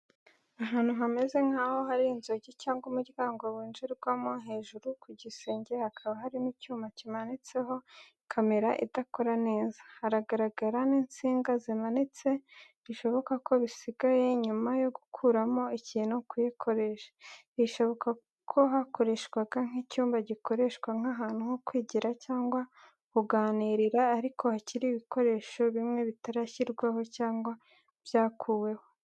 Ahantu hameze nkaho hari inzugi cyangwa umuryango winjirirwamo, hejuru ku gisenge hakaba harimo icyuma kimanitseho kamera idakora neza. Haragaragara n’insinga zimanitse, bishoboka ko bisigaye nyuma yo gukuramo ikintu kiyikoresha. Birashoboka ko hakoreshwaga nk’icyumba gikoreshwa nk’ahantu ho kwigira cyangwa kuganirira ariko hakiri ibikoresho bimwe bitarashyirwaho cyangwa byakuweho.